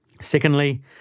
Secondly